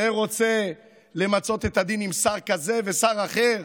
זה רוצה למצות את הדין עם שר כזה ושר אחר,